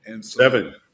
Seven